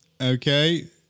okay